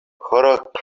хӑрӑк